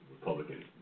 Republicans